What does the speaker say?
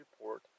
report